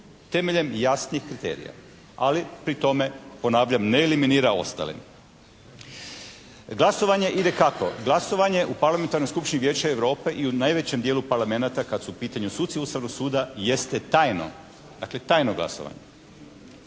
Temeljem jasnih kriterija. Ali pri tome ponavljam ne eliminira ostale. Glasovanje ide kako? Glasovanje u Parlamentarnoj skupštini Vijeća Europe i u najvećem dijelu parlamenata kad su u pitanju suci Ustavnog suda jeste tajno, dakle tajno glasovanje.